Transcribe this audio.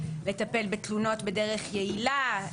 לטפל בתלונות בדרך יעילה,